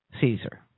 Caesar